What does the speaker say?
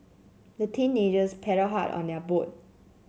the teenagers paddled hard on their boat